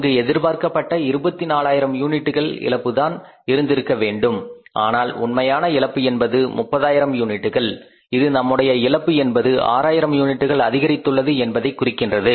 அங்கு எதிர்பார்க்கப்பட்ட 24000 யூனிட்டுகள் இழப்புதான் இருந்திருக்க வேண்டும் ஆனால் உண்மையான இழப்பு என்பது 30 ஆயிரம் யூனிட்டுகள் இது நம்முடைய இழப்பு என்பது 6000 யூனிட்டுகள் அதிகரித்துள்ளது என்பதை குறிக்கின்றது